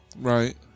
Right